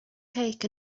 cake